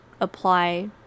apply